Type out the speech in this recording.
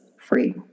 free